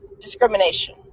discrimination